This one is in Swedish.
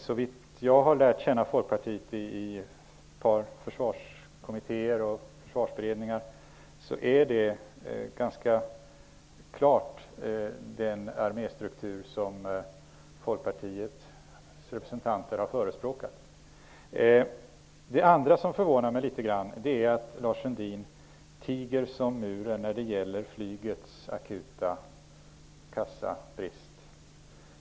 Såvitt jag har lärt känna Folkpartiet i ett par försvarskommittéer och försvarsberedningar är det här den arméstruktur som Folkpartiets representanter har förespråkat. En annan sak som förvånar mig litet grand är att Lars Sundin tiger som muren när det gäller flygets akuta kassabrist.